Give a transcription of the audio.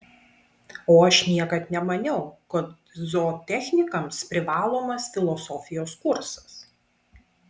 o aš niekad nemaniau kad zootechnikams privalomas filosofijos kursas